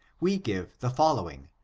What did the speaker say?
we give the following,